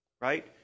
right